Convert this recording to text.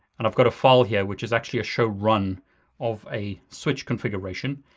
and i've got a file here, which is actually a show run of a switch configuration.